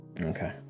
Okay